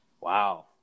Wow